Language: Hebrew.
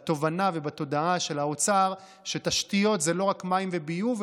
בתובנה ובתודעה של האוצר שתשתיות זה לא רק מים וביוב,